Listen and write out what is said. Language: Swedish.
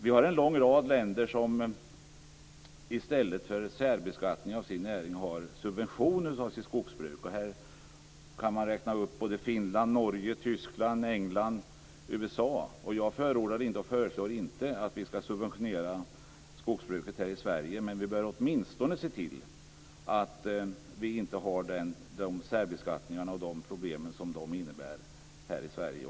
Vi har en lång rad länder som i stället för särbeskattning har subventioner till sitt skogsbruk. Här kan man räkna upp Finland, Norge, Tyskland, England och USA. Jag förordar inte att vi skall subventionera skogsbruket här i Sverige, men vi bör åtminstone se till att inte ha särbeskattning med de problem det innebär här i Sverige.